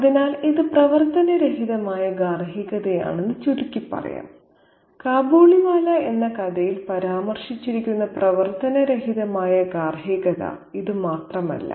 അതിനാൽ ഇത് പ്രവർത്തനരഹിതമായ ഗാർഹികതയാണെന്ന് ചുരുക്കി പറയാം കാബൂളിവാല എന്ന കഥയിൽ പരാമർശിച്ചിരിക്കുന്ന പ്രവർത്തനരഹിതമായ ഗാർഹികത ഇത് മാത്രമല്ല